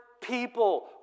people